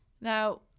Now